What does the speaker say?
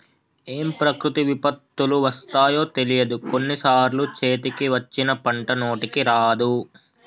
ఏం ప్రకృతి విపత్తులు వస్తాయో తెలియదు, కొన్ని సార్లు చేతికి వచ్చిన పంట నోటికి రాదు